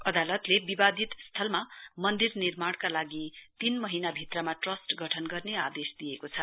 अदालतले विवादित स्थलमा मन्दिर निर्माणका लागि तीन महीना भित्रमा ट्रस्ट गठन गर्ने आदेश दिएको छ